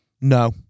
No